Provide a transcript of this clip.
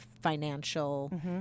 financial